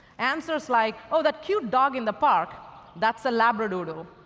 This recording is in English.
answers like, oh, that cute dog in the park that's a labradoodle.